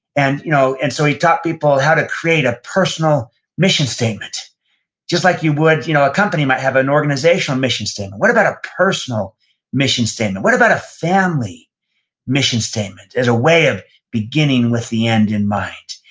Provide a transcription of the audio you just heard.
and you know and so, he taught people how to create a personal mission statement just like you would, you know a company might have an organizational mission statement. what about a personal mission statement? what about a family mission statement as a way of beginning with the end in mind?